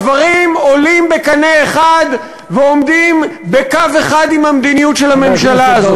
הדברים עולים בקנה אחד ועומדים בקו אחד עם המדיניות של הממשלה.